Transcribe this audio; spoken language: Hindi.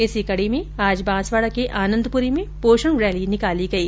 इसी कडी में आज बांसवाडा के आनंदपुरी में पोषण रैली निकाली गई